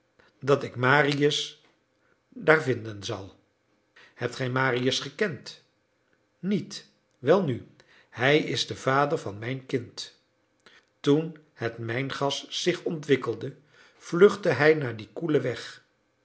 dat ik marius daar vinden zal hebt gij marius gekend niet welnu hij is de vader van mijn kind toen het mijngas zich ontwikkelde vluchtte hij naar dien koelen weg